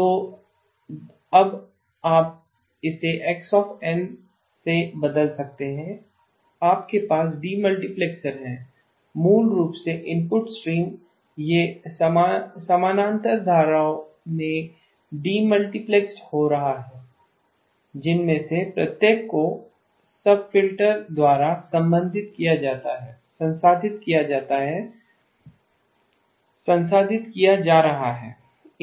तो अब आप इसे x n से बदल सकते हैं आपके पास डी मल्टीप्लेक्सर है मूल रूप से इनपुट स्ट्रीम यह समानांतर धाराओं में डीमल्टिप्लैक्सेड हो रहा है है जिनमें से प्रत्येक को एक सब फ़िल्टर द्वारा संसाधित किया जा रहा है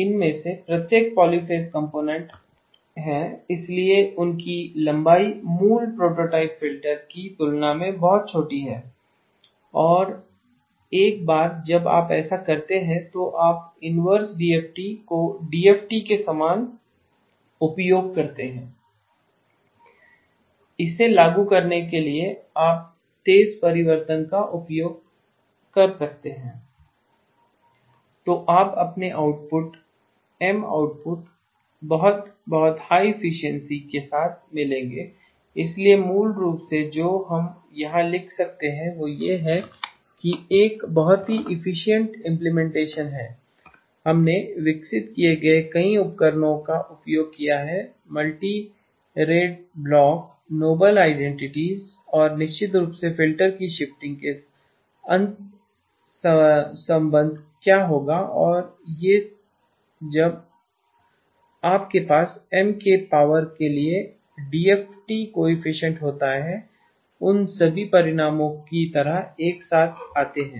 इनमें से प्रत्येक पॉलीफ़ेज़ कंपोनेंट्स हैं इसलिए उनकी लंबाई मूल प्रोटो टाइप फ़िल्टर की तुलना में बहुत छोटी है और एक बार जब आप ऐसा करते हैं तो आप इनवर्स डीएफटी को डीएफटी के समान उपयोग करते हैं इसे लागू करने के लिए आप तेज़ परिवर्तन का उपयोग कर सकते हैं तो आपको अपने आउटपुट M आउटपुट बहुत बहुत हाई एफिशिएंसी high efficiency के साथ मिलेंगे इसलिए मूल रूप से जो हम यहां लिख सकते हैं वह यह है कि यह एक बहुत ही इफिशीइंट इम्प्लीमेंटेशन है हमने विकसित किए गए कई उपकरणों का उपयोग किया है मल्टीरेट ब्लॉक्स नोबल आइडेंटिटीस और निश्चित रूप से फिल्टर की शिफ्टिंग के अंतर्संबंध क्या होता है जब आपके पास M के पावर के लिए डीएफटी कोइफ़िशिएंट होता है उन सभी परिणामों की तरह एक साथ आते हैं